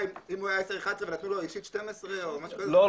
אם הוא היה 11-10 ונתנו לו דרגה אישית 12 או משהו כזה זה --- לא,